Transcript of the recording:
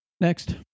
Next